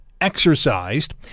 exercised